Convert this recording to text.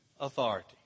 authority